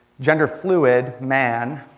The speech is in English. gender fluid, man,